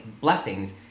blessings